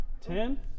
Ten